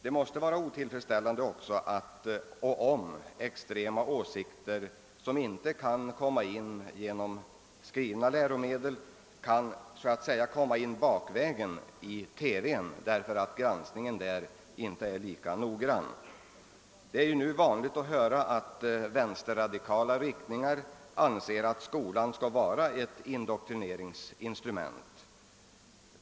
Det måste också enligt min mening anses otillfredsställande om extrema åsikter, som inte kan presenteras genom skrivna läromedel, därför att de är granskade och anpassade till läroplanerna, så att säga kan komma in bakvägen genom TV, därigenom att granskningen där inte är lika noggrann. Vänsterradikala riktningar framhåller nu att skolan skall vara ett indoktrineringsinstrument.